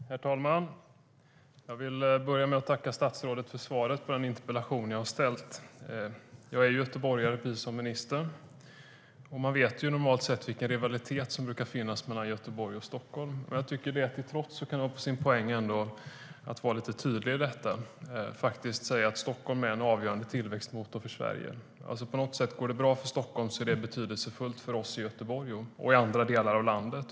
Herr talman! Jag vill börja med att tacka statsrådet för svaret på den interpellation jag har ställt. Jag är göteborgare, precis som ministern. Man vet vilken rivalitet som normalt sett brukar finnas mellan Göteborg och Stockholm. Trots det tycker jag att det kan ha sin poäng att vara lite tydlig i detta och faktiskt säga att Stockholm är en avgörande tillväxtmotor för Sverige. Går det bra för Stockholm är det betydelsefullt för oss i Göteborg och för dem i andra delar av landet.